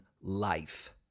life